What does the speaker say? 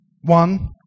One